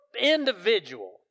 individual